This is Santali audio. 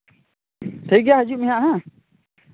ᱴᱷᱤᱠ ᱜᱮᱭᱟ ᱦᱤᱡᱩᱜ ᱢᱮᱦᱟᱜ ᱦᱮᱸ